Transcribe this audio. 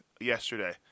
yesterday